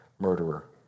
murderer